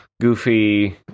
goofy